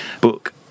book